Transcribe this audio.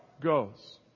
goes